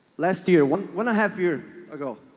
last year, one one half year ago,